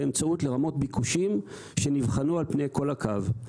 באמצעות רמות ביקושים שנבחנו על פני כל הקו.